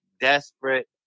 desperate